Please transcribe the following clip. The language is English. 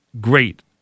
great